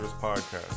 Podcast